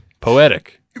Poetic